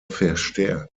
verstärkt